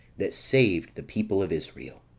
that saved the people of israel!